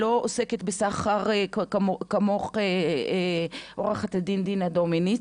שלא עוסקת בסחר כמוך עוה"ד דינה דומיניץ,